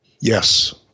Yes